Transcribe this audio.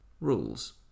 rules